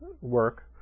work